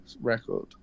record